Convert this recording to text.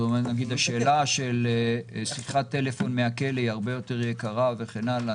השאלה של שיחת טלפון מהכלא שהיא הרבה יותר יקרה וכן הלאה,